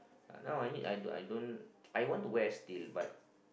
now I need I don't I don't I want to wear still but